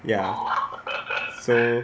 ya so